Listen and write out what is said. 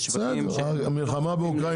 יש פה מוטיב חוזר בכל השווקים האלה.